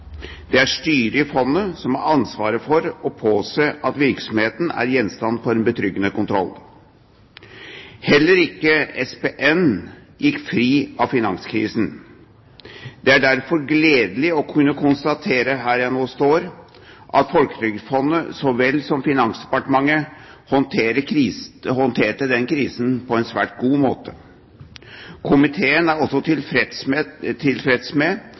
Det er styret i fondet som har ansvaret for å påse at virksomheten er gjenstand for en betryggende kontroll. Heller ikke SPN gikk fri av finanskrisen. Det er derfor gledelig å kunne konstatere her jeg nå står, at Folketrygdfondet så vel som Finansdepartementet håndterte krisen på en svært god måte. Komiteen er også tilfreds med